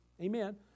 Amen